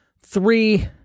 Three